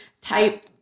type